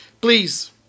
please